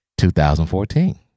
2014